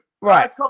right